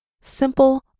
Simple